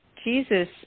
Jesus